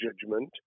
judgment